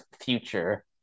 future